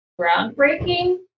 groundbreaking